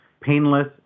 painless